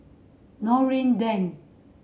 Noordin Lane